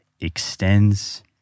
extends